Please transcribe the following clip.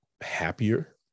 happier